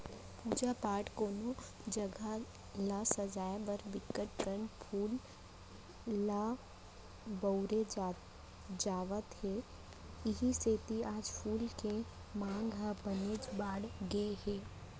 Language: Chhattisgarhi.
पूजा पाठ, कोनो जघा ल सजाय बर बिकट के फूल ल बउरे जावत हे इहीं सेती आज फूल के मांग ह बनेच बाड़गे गे हे